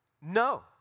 No